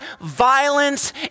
violence